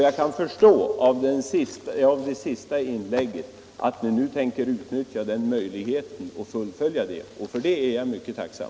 Jag förstår av det senaste inlägget att kommunikationsministern nu tänker utnyttja den möjligheten, och för det är jag mycket tacksam.